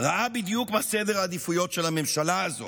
ראה בדיוק מה סדר העדיפויות של הממשלה הזאת,